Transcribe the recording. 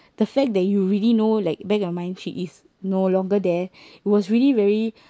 the fact that you really know like back of your mind she is no longer there was really very